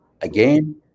Again